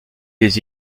les